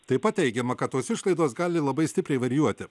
taip pat teigiama kad tos išlaidos gali labai stipriai varijuoti